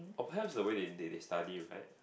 perhaps the way they they they study right